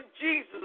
Jesus